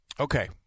Okay